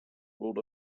ruled